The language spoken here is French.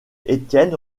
étienne